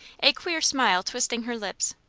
a queer smile twisting her lips.